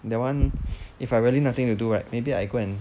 that one if I really nothing to do right maybe I go and